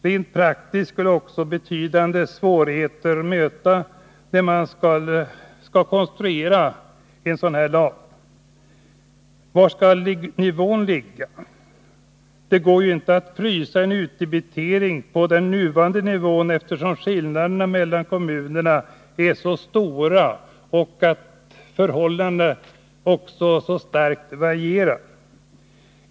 Rent praktiskt skulle det också möta betydande svårigheter att konstruera en sådan här lag. Var skall nivån ligga? Det går ju inte att ”frysa” en utdebitering på nuvarande nivå, eftersom skillnaderna mellan kommunerna är så stora och förhållandena så starkt varierar.